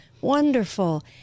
wonderful